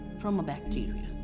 from a bacteria,